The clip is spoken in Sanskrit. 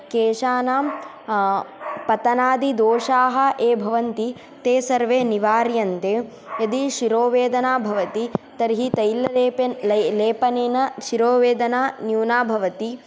केशानाम् पतनादिदोषाः ये भवन्ति ते सर्वे निवार्यन्ते यदि शिरोवेदना भवति तर्हि तैललेपेन तैललेपनेन शिरोवेदना न्यूना भवति